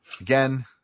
Again